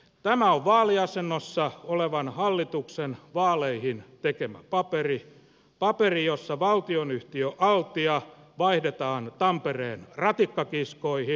tämä on vaaliasennossa olevan hallituksen vaaleihin tekemä paperi paperi jossa valtionyhtiö altia vaihdetaan tampereen ratikkakiskoihin